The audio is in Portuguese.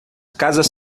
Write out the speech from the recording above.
casas